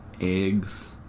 eggs